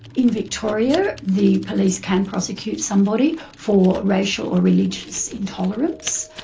in victoria the police can prosecute somebody for racial or religious intolerance.